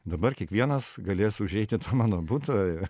dabar kiekvienas galės užeiti į tą mano butą